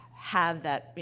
have that you